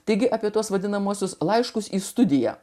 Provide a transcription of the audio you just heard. taigi apie tuos vadinamuosius laiškus į studiją